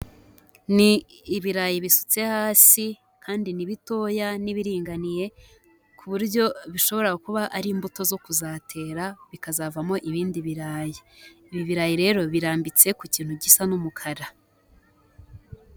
Ni ibirayi bisutse hasi kandi ni bitoya n'ibiringaniye ku buryo bishobora kuba ari imbuto zo kuzatera bikazavamo ibindi birayi. Ibi birayi rero birambitse ku kintu gisa n'umukara.